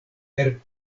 per